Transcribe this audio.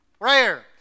Prayer